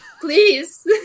Please